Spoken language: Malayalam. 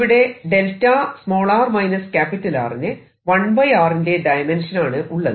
ഇവിടെ δ ന് 1 r ന്റെ ഡയമെൻഷൻ ആണ് ഉള്ളത്